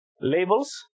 labels